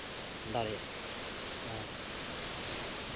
ᱫᱟᱲᱮᱭᱟᱜᱼᱟ ᱟᱨ